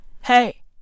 hey